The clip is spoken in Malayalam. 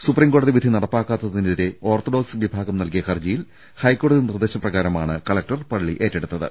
സുപ്രീം കോടതി വിധി നടപ്പാക്കാത്തതിനെതിരെ ഓർത്തഡോക്സ് വിഭാഗം നൽകിയ ഹർജിയിൽ ഹൈക്കോടതി നിർദ്ദേശപ്രകാരമാണ് കലക്ടർ പള്ളി ഏറ്റെടുത്തത്